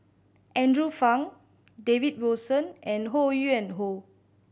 Andrew Phang David Wilson and Ho Yuen Hoe